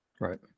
Right